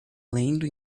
lendo